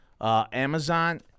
Amazon